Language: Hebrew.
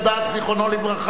זיכרונו לברכה,